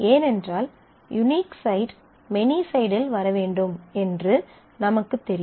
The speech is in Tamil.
ஏனென்றால் யூனிஃக் சைடு மெனி சைடில் வர வேண்டும் என்று நமக்குத் தெரியும்